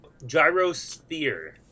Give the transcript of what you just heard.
gyrosphere